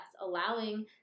allowing